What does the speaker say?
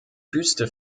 wüste